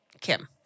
Kim